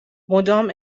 مدام